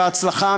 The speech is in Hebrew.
בהצלחה,